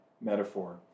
metaphor